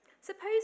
Suppose